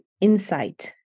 insight